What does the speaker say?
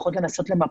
לפחות לנסות למפות.